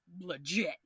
legit